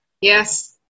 Yes